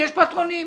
יש פטרונים.